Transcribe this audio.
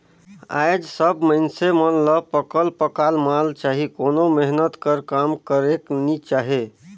आएज सब मइनसे मन ल पकल पकाल माल चाही कोनो मेहनत कर काम करेक नी चाहे